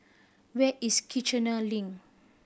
where is Kiichener Link